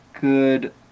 good